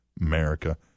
America